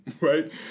right